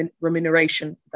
remuneration